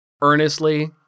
earnestly